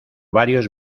varios